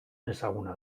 ezaguna